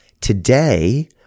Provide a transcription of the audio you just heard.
Today